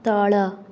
ତଳ